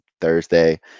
Thursday